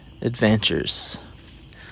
adventures